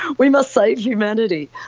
we must save humanity!